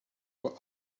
were